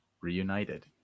reunited